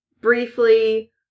briefly